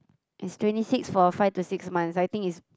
is twenty six for five to six months I think is